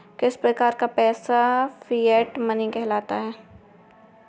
किस प्रकार का पैसा फिएट मनी कहलाता है?